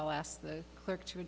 i'll ask the clerk to